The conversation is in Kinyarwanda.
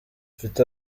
mfite